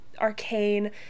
arcane